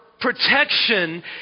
protection